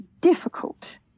difficult